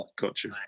gotcha